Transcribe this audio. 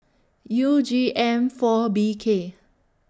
U G M four B K